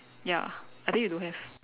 ya I think you don't have